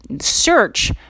search